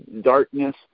darkness